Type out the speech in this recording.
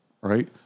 Right